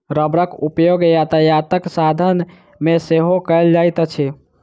रबड़क उपयोग यातायातक साधन मे सेहो कयल जाइत अछि